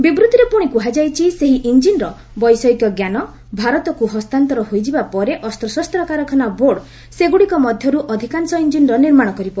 ବିବୃତ୍ତିରେ ପୁଣି କୁହାଯାଇଛି ସେହି ଇଞ୍ଜିନ୍ର ବୈଷୟିକ ଜ୍ଞାନ ଭାରତକୁ ହସ୍ତାନ୍ତର ହୋଇଯିବା ପରେ ଅସ୍ତ୍ରଶସ୍ତ କାରଖାନା ବୋର୍ଡ଼ ସେଗୁଡ଼ିକ ମଧ୍ୟରୁ ଅଧିକାଂଶ ଇଞ୍ଜିନ୍ର ନିର୍ମାଣ କରିବ